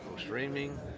streaming